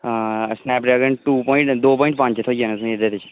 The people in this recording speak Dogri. स्नैपड्रैगन टू पोआइंट दो पोआइंट थ्होई जाना एह्दे बिच